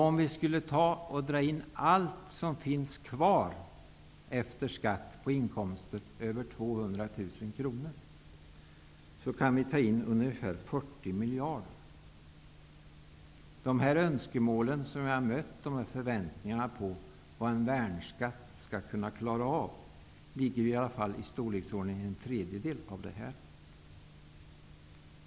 Om vi skulle dra in allt som finns kvar efter skatt på inkomster över 200 000 kr, kan vi ta in ungefär 40 miljarder. Önskemålen om och förväntningarna på vad en värnskatt skall kunna klara av motsvarar i storleksordningen en tredjedel av detta.